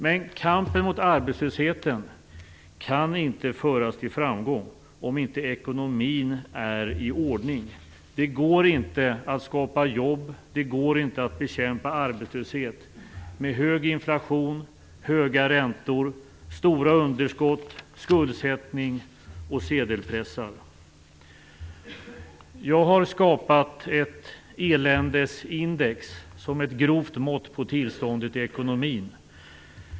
Men kampen mot arbetslösheten kan inte föras till framgång om inte ekonomin är i ordning. Det går inte att skapa jobb, det går inte att bekämpa arbetslöshet med hög inflation, höga räntor, stora underskott, skuldsättning och sedelpressar. Jag har skapat ett eländesindex som ett grovt mått på tillståndet i ekonomin.